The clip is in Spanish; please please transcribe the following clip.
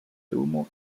humo